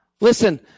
Listen